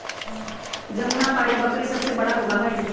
जमुनापारी बकरी सबसे बड़ा होबा हई